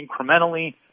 incrementally